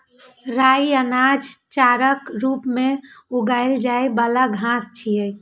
राइ अनाज, चाराक रूप मे उगाएल जाइ बला घास छियै